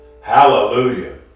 Hallelujah